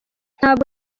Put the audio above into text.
ntabwo